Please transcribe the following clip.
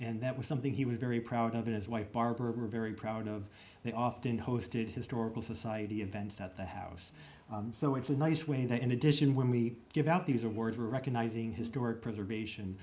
and that was something he was very proud of his wife barbara are very proud of they often hosted historical society events at the house so it's a nice way that in addition when we give out these are words we're recognizing historic preservation